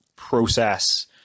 process